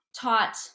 taught